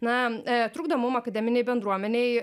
na trukdo mum akademinei bendruomenei